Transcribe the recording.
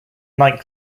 night